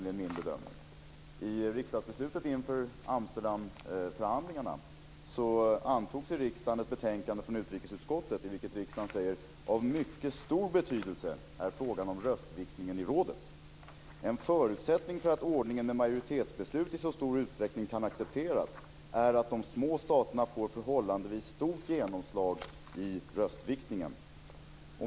I riksdagsbeslutet inför Amsterdamförhandlingarna antogs i riksdagen ett betänkande från utrikesutskottet, i vilket riksdagen säger: Av mycket stor betydelse är frågan om röstviktningen i rådet. En förutsättning för att ordningen med majoritetsbeslut i så stor utsträckning kan accepteras är att de små staterna får förhållandevis stort genomslag i röstviktningen.